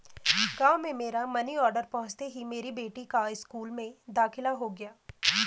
गांव में मेरा मनी ऑर्डर पहुंचते ही मेरी बेटी का स्कूल में दाखिला हो गया